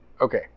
Okay